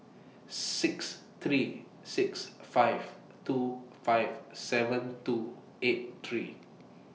six three six five two five seven two eight three